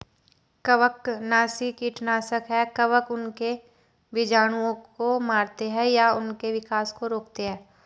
कवकनाशी कीटनाशक है कवक उनके बीजाणुओं को मारते है या उनके विकास को रोकते है